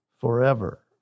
forever